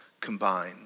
combine